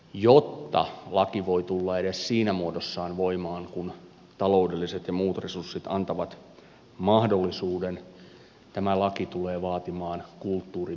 jotta laki voi tulla edes siinä muodossaan voimaan kuin taloudelliset ja muut resurssit antavat mahdollisuuden tämä laki tulee vaatimaan kulttuurimuutosta